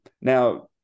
now